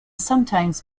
sometimes